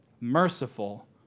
merciful